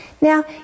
Now